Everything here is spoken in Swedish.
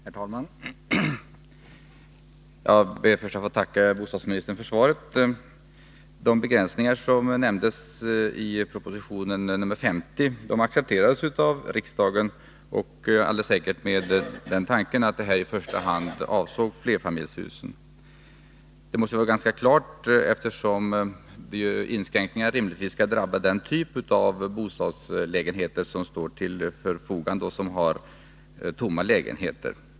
Herr talman! Jag ber först att få tacka bostadsministern för svaret. De begränsningar som nämndes i proposition 1982/83:50 accepterades av riksdagen. Det gjordes alldeles säkert med den tanken att detta i första hand avsåg flerfamiljshusen. Det måste vara ganska klart eftersom inskränkningar rimligtvis skall drabba den typ av bostadslägenheter som är tomma och som står till förfogande.